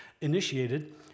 initiated